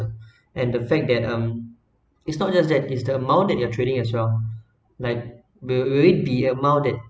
and the fact that um it's not just that it's the amount that you're trading as well like will will it be amount that